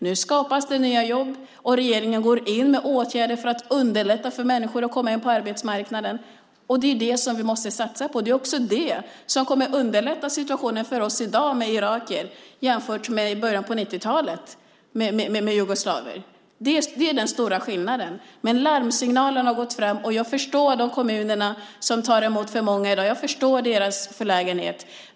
Nu skapas det nya jobb, och regeringen går in med åtgärder för att underlätta för människor att komma in på arbetsmarknaden. Det är det vi måste satsa på. Det är också det som kommer att underlätta situationen för oss i dag med irakier jämfört med i början av 90-talet med jugoslaverna. Det är den stora skillnaden. Larmsignalerna har gått fram. Jag förstår de kommuner som tar emot för många i dag. Jag förstår deras belägenhet.